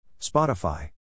Spotify